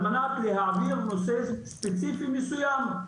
על מנת להעביר נושא ספציפי מסוים.